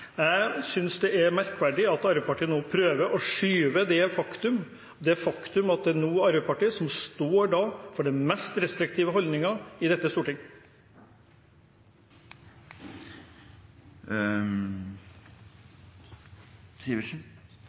Jeg synes det er merkverdig at Arbeiderpartiet nå prøver å skyve på det faktum at det nå er Arbeiderpartiet som står for den mest restriktive holdningen i dette